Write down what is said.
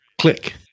Click